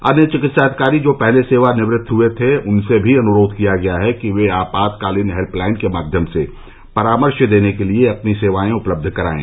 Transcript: अन्य चिकित्सा अधिकारी जो पहले सेवानिक्त हुए थे उनसे भी अनुरोध किया गया है कि ये आपातकालीन हेल्प लाइन के माध्यम से परामर्श देने के लिए अपनी सेवाएं उपलब्ध कराएं